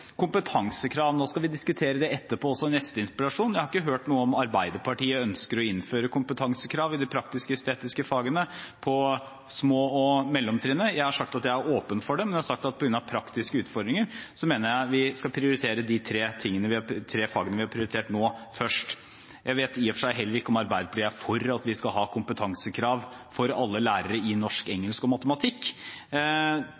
Kompetansekrav: Nå skal vi diskutere det etterpå også, i neste interpellasjon. Jeg har ikke hørt noe om Arbeiderpartiet ønsker å innføre kompetansekrav i de praktisk-estetiske fagene på små- og mellomtrinnet. Jeg har sagt at jeg er åpen for det. Men jeg har sagt at på grunn av praktiske utfordringer mener jeg vi skal prioritere de tre fagene vi har prioritert nå, først. Jeg vet i og for seg heller ikke om Arbeiderpartiet er for at vi skal ha kompetansekrav for alle lærere i norsk, engelsk og matematikk